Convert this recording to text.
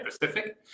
Pacific